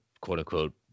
quote-unquote